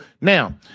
now